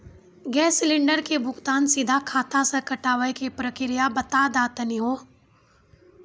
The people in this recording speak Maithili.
गैस सिलेंडर के भुगतान सीधा खाता से कटावे के प्रक्रिया बता दा तनी हो?